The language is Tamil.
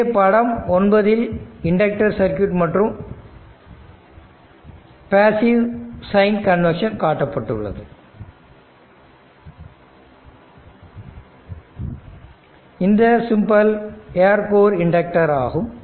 இங்கே படம் 9 தில் இண்டக்டர் சர்க்யூட் மற்றும் பாஸில் சைன் கன்வென்ஷன் காட்டப்பட்டுள்ளது இந்த சிம்பல் ஏர் கோர் இண்டக்டர் ஆகும்